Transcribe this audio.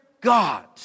God